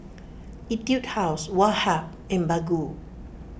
Etude House Woh Hup and Baggu